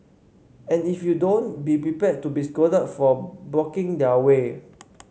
and if you don't be prepared to be scolded for blocking their way